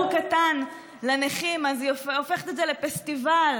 קטן לנכים אז היא הופכת את זה לפסטיבל,